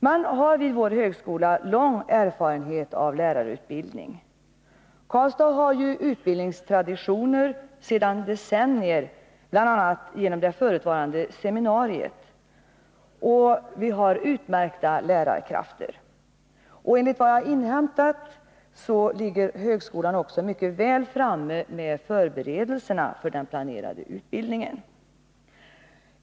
Man har vid vår högskola lång erfarenhet av lärarutbildning. Karlstad har ju utbildningstraditioner sedan decennier, bl.a. genom det förutvarande seminariet. Och vi har utmärkta lärarkrafter. Enligt vad jag inhämtat ligger högskolan också mycket väl framme med förberedelserna för den planerade utbildningen.